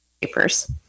papers